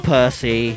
Percy